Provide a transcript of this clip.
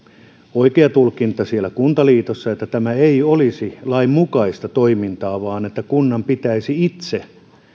oikea tulkinta siellä kuntaliitossa että tämä ei olisi lainmukaista toimintaa vaan että kunnan pitäisi itse